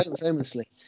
Famously